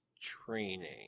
training